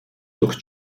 durch